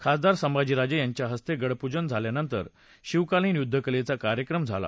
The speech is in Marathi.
खासदार संभाजीराजे यांच्या हस्ते गडपूजन झाल्यानंतर शिवकालीन युद्धकलेचा कार्यक्रम झाला